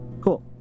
Cool